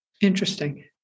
Interesting